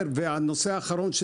נושא אחרון.